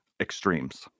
extremes